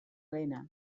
lehena